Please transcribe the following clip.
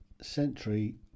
Century